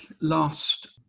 last